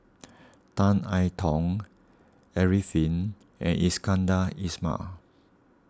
Tan I Tong Arifin and Iskandar Ismail